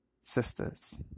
sisters